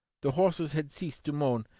the horses had ceased to moan,